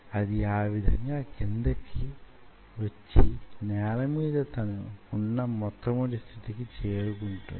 అది ఆ విధంగా క్రిందకు వచ్చి నేల మీద తన కున్న మొట్టమొదటి స్థితికి చేరుకుంటుంది